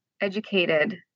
educated